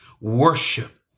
Worship